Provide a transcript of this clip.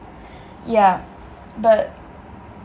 yeah but